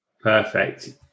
Perfect